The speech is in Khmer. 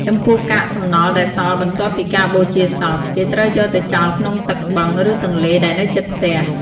ចំពោះកាក់សំណល់ដែលសល់បន្ទាប់ពីការបូជាសព គេត្រូវយកទៅចោលក្នុងទឹកបឹង ឬទន្លេដែលនៅជិតផ្អះ។